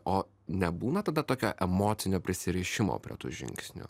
o nebūna tada tokio emocinio prisirišimo prie tų žingsnių